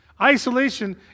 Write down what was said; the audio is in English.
isolation